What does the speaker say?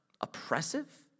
oppressive